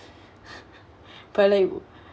but like